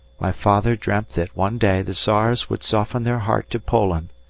my father dreamt that one day the tsars would soften their heart to poland,